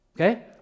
Okay